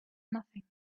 nothing